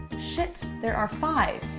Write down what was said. shit, there are five.